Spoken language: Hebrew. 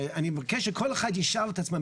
אני מבקש שכל אחד ישאל את עצמו,